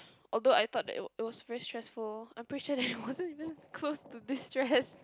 although I thought that it it was very stressful I'm pretty sure that it wasn't even close to this stress